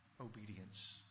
Obedience